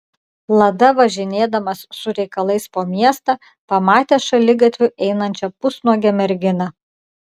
lada važinėdamas su reikalais po miestą pamatė šaligatviu einančią pusnuogę merginą